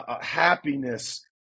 happiness